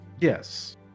yes